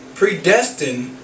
predestined